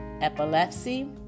epilepsy